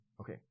Okay